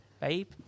babe